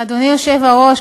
אדוני היושב-ראש,